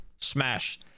smash